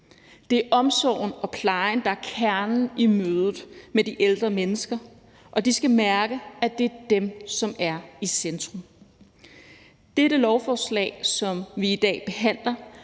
Det er omsorgen og plejen, der er kernen i mødet med de ældre mennesker, og de skal mærke, at det er dem, som er i centrum. Dette lovforslag, som vi her behandler,